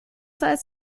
heißt